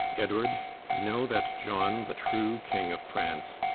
edward, know that john, the true king of france,